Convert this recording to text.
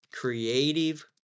creative